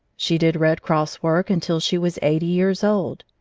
she did red cross work until she was eighty years old.